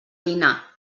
dinar